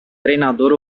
treinador